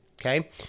Okay